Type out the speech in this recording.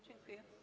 Dziękuję.